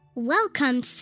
Welcome